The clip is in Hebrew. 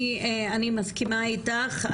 אני מסכימה איתך,